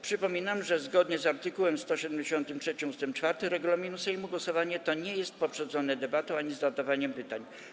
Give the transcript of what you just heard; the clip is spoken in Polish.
Przypominam, że zgodnie z art. 173 ust. 4 regulaminu Sejmu głosowanie to nie jest poprzedzone debatą ani zadawaniem pytań.